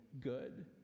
good